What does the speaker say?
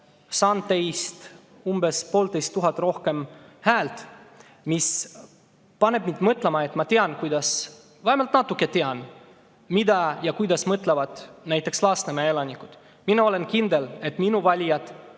sain teist umbes poolteist tuhat häält rohkem. See paneb mind mõtlema, et ma tean, vähemalt natuke tean, mida ja kuidas mõtlevad näiteks Lasnamäe elanikud. Mina olen kindel, et minu valijad